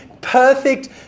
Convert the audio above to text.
perfect